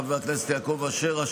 חבר הכנסת יעקב אשר,